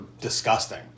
disgusting